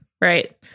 Right